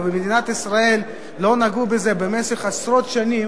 ובמדינת ישראל לא נגעו בזה במשך עשרות שנים,